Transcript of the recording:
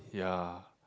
ya